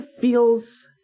feels